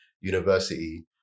university